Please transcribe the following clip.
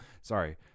Sorry